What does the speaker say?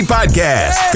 Podcast